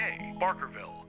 Barkerville